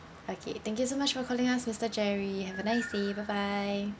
okay thank you so much for calling us mister jerry have a nice day bye bye